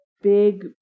Big